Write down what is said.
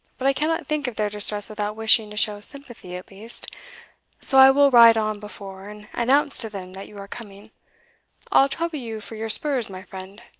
but i cannot think of their distress without wishing to show sympathy at least so i will ride on before, and announce to them that you are coming i'll trouble you for your spurs, my friend.